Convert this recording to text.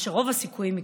מה שרוב הסיכויים שיקרה.